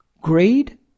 Greed